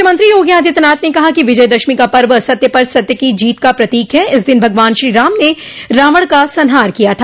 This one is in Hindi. मुख्यमंत्री योगी आदित्यनाथ ने कहा कि विजयदशमी का पर्व असत्य पर सत्य की जीत का प्रतीक है इस दिन भगवान श्री राम ने रावण का संहार किया था